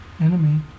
enemy